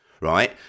right